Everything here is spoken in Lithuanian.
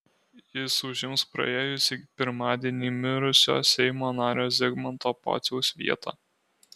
jis užims praėjusį pirmadienį mirusio seimo nario zigmanto pociaus vietą